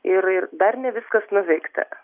ir ir dar ne viskas nuveikta